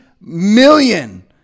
million